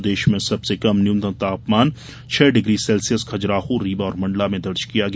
प्रदेश में सबसे कम न्यूनतम तापमान छह डिग्री सेल्सियस खजुराहो रीवा और मण्डला में दर्ज किया गया